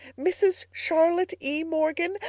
mrs. charlotte e. morgan.